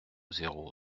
zéro